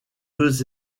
deux